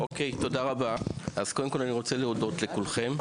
תודה רבה, אז קודם כל אני רוצה להודות לכולכם.